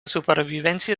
supervivència